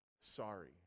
Sorry